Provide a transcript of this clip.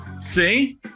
See